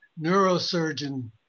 neurosurgeon